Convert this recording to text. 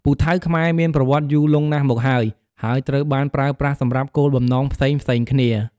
ពូថៅខ្មែរមានប្រវត្តិយូរលង់ណាស់មកហើយ ហើយត្រូវបានប្រើប្រាស់សម្រាប់គោលបំណងផ្សេងៗគ្នា។